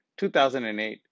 2008